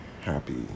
happy